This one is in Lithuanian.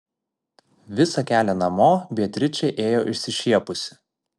visą kelią namo beatričė ėjo išsišiepusi